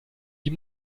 die